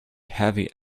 heavy